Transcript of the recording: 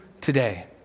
today